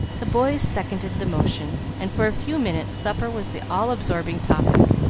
the boys seconded the motion, and for a few minutes supper was the all-absorbing topic,